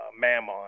mammon